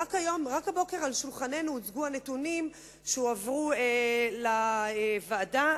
ורק הבוקר הוצגו על שולחננו הנתונים שהועברו לוועדה.